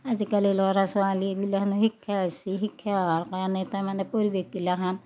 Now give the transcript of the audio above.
আজিকালি ল'ৰা ছোৱালীগিলাখানৰ শিক্ষা হৈছি শিক্ষা হোৱাৰ কাৰণে তাৰমানে পৰিৱেশগিলাখান